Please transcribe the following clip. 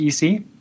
EC